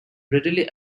readily